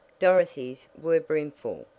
dorothy's were brimful,